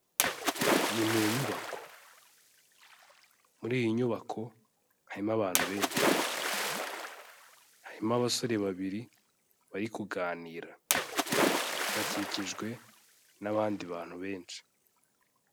Ni mu nyubako, muri iyi nyubako harimo abantu benshi, harimo abasore babiri bari kuganira, bakikijwe n'abandi bantu benshi.